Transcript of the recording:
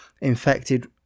infected